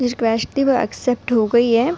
رکویسٹو تھی وہ اکسیپٹ ہو گئی ہے